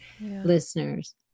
listeners